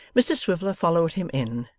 mr swiveller followed him in,